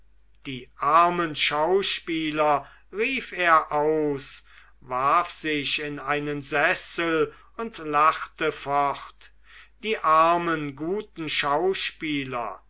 die armen schauspieler rief er aus warf sich in einen sessel und lachte fort die armen guten schauspieler